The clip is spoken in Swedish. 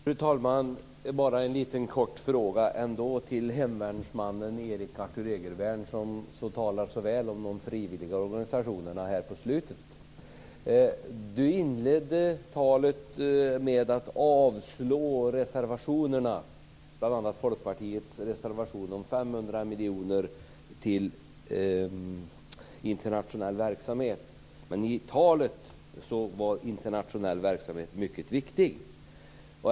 Fru talman! Jag har bara en liten kort fråga till hemvärnsmannen Erik Arthur Egervärn som här på slutet talar så väl om de frivilliga organisationerna. miljoner till internationell verksamhet. I talet var internationell verksamhet mycket viktigt.